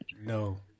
No